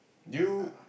do you